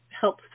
help